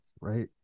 Right